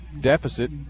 deficit